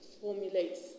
formulates